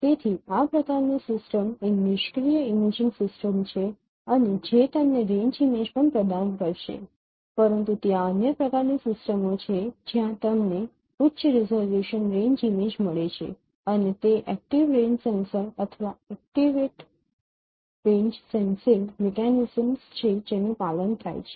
તેથી આ પ્રકારની સિસ્ટમ એ નિષ્ક્રીય ઇમેજિંગ સિસ્ટમ છે અને જે તમને રેન્જ ઇમેજ પણ પ્રદાન કરશે પરંતુ ત્યાં અન્ય પ્રકારની સિસ્ટમો છે જ્યાં તમને ઉચ્ચ રીઝોલ્યુશન રેન્જ ઇમેજ મળે છે અને તે એક્ટિવ રેન્જ સેન્સર અથવા એક્ટિવ રેન્જ સેન્સિંગ મિકેનિઝમ્સ છે જેનું પાલન થાય છે